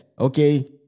Okay